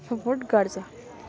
support गर्छ